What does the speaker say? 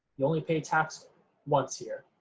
you only pay tax once here,